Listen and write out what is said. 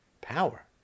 power